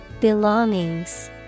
Belongings